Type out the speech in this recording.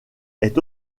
est